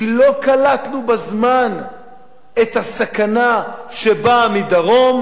כי לא קלטנו בזמן את הסכנה שבאה מדרום,